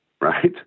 Right